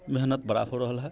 मेहनत बड़ा हो रहल है